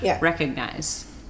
recognize